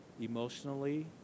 emotionally